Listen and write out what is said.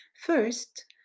First